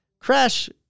Crash